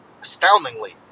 Astoundingly